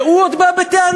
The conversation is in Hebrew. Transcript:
והוא עוד בא בטענות.